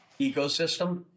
ecosystem